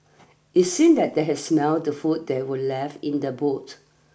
it seemed that they had smelt the food that were left in the boot